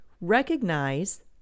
recognize